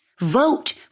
vote